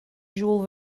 jules